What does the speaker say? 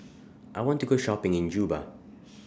I want to Go Shopping in Juba